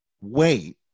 wait